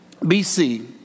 BC